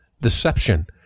deception